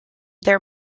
their